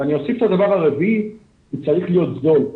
ואני אוסיף את הדבר הרביעי, הוא צריך להיות זול.